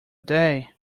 day